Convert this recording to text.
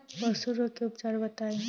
पशु रोग के उपचार बताई?